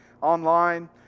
online